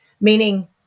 meaning